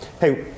hey